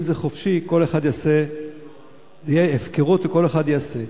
אם זה חופשי, תהיה הפקרות וכל אחד יעשה,